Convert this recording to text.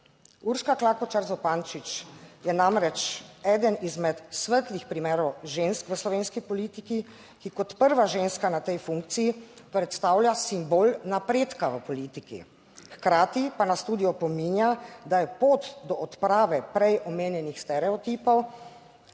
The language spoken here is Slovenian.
Urška Klakočar Zupančič je namreč eden izmed svetlih primerov žensk v slovenski politiki, ki kot prva ženska na tej funkciji predstavlja simbol napredka v politiki, hkrati pa nas tudi opominja, da je pot do odprave prej omenjenih stereotipov